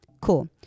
Cool